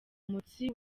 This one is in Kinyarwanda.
umutsi